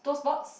Toast Box